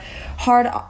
hard